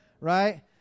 right